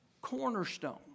cornerstone